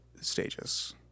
stages